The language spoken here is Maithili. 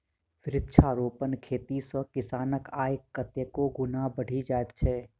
वृक्षारोपण खेती सॅ किसानक आय कतेको गुणा बढ़ि जाइत छै